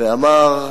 ואמר: